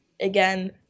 again